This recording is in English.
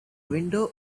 window